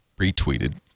retweeted